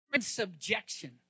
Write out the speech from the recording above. subjection